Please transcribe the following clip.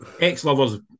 ex-lovers